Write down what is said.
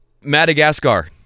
Madagascar